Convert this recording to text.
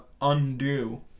undo